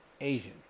Asian